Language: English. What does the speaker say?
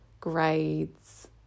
grades